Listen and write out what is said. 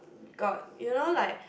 got you know like